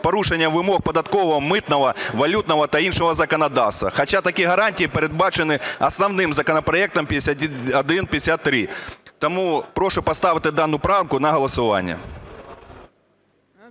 порушенням вимог податкового, митного, валютного та іншого законодавства. Хоча такі гарантії передбачені основним законопроектом 5153. Тому прошу поставити дану правку на голосування.